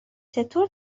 چطور